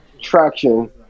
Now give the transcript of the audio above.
traction